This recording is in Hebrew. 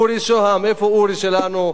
אורי שהם, איפה אורי שלנו?